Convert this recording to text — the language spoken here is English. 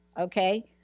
okay